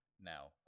Now